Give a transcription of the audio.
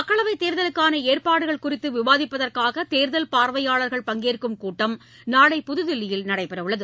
மக்களவை தேர்தலுக்கான ஏற்பாடுகள் குறித்து விவாதிப்பதற்காக தேர்தல் பார்வையாளர்கள் பங்கேற்கும் கூட்டம் நாளை புதுதில்லியில் நடைபெற உள்ளது